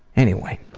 anyway,